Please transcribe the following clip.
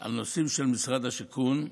על נושאים של משרד השיכון.